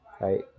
Right